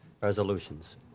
resolutions